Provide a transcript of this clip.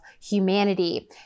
humanity